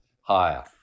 higher